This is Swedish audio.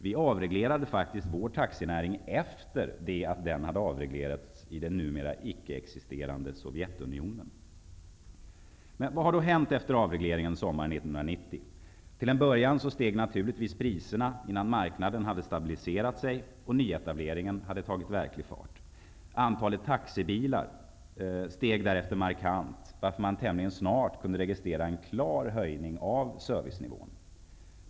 Vi avreglerade faktiskt vår taxinäring efter det att den avreglerats i det numera ickeexisterande Sovjetunionen. Vad har då hänt efter avregleringen, sommaren 1990? Till en början steg naturligtvis priserna innan marknaden hade stabiliserat sig och nyetableringen tagit verklig fart. Antalet taxibilar steg därefter markant, varför man tämligen snart kunde registrera en klar höjning av servicenivån.